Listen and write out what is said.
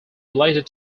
related